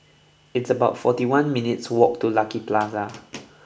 it's about forty one minutes' walk to Lucky Plaza